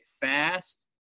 fast